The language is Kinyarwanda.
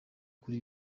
kuri